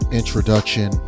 introduction